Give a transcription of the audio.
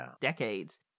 decades